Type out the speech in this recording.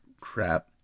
crap